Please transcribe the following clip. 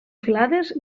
filades